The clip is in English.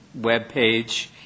webpage